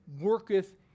worketh